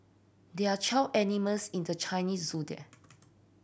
there are twelve animals in the Chinese Zodiac